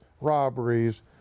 robberies